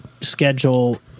schedule